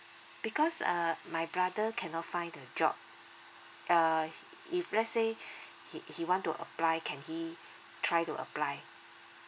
because uh my brother cannot find the job uh if let's say he he want to apply can he try to apply